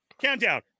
countdown